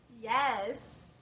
Yes